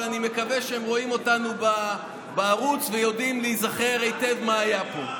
אני מקווה שהם רואים אותנו בערוץ ויודעים להיזכר היטב מה היה פה.